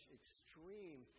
extreme